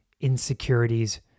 insecurities